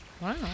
Wow